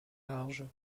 larges